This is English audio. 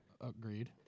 Agreed